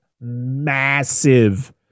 Massive